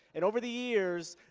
and over the years,